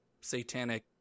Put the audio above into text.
satanic